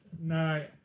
no